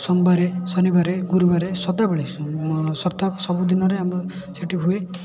ସୋମବାରେ ଗୁରୁବାରେ ଶନିବାରେ ସଦାବେଳେ ସପ୍ତାହରେ ସବୁଦିନରେ ଆମର ସେଠାରେ ହୁଏ